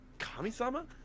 Kami-sama